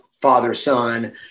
father-son